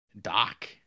Doc